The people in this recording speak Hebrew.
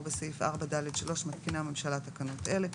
בסעיף 4(ד)(3)...מתקינה הממשלה תקנות אלה: